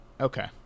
Okay